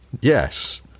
Yes